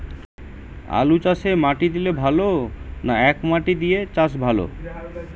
আলুচাষে মাটি দিলে ভালো না একমাটি দিয়ে চাষ ভালো?